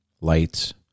lights